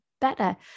better